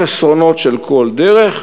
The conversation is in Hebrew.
חסרונות של כל דרך,